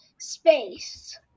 space